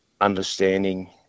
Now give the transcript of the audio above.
understanding